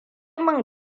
min